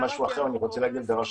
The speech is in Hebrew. ייגמר ונוכל להיכנס לניסויים בבני אדם.